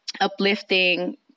uplifting